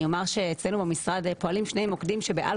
אני אומר שאצלנו במשרד פועלים שני מוקדים שבעל